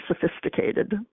sophisticated